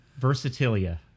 Versatilia